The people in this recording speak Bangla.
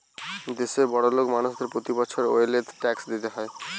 দেশের বড়োলোক মানুষদের প্রতি বছর ওয়েলথ ট্যাক্স দিতে হয়